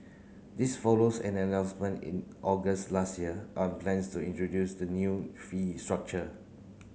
this follows an announcement in August last year on plans to introduce the new fee structure